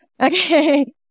Okay